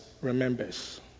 remembers